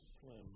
Slim